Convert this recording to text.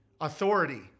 authority